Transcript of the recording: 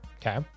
Okay